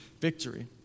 victory